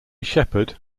shepherd